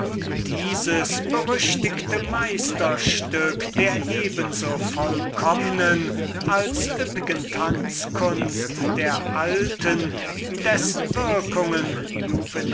dieses berüchtigte meisterstück der eben so vollkommnen als üppigen tanzkunst der alten von dessen würkungen